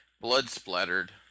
blood-splattered